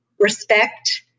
respect